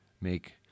make